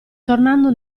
tornando